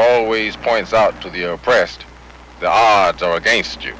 always points out to the oppressed the arts are against you